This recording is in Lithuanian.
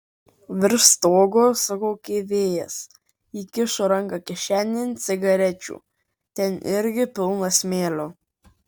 virš stogo sukaukė vėjas įkišo ranką kišenėn cigarečių ten irgi pilna smėlio